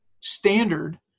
standard